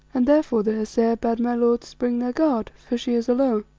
and therefore the hesea bade my lords bring their guard, for she is alone.